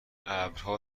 ابرها